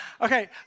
okay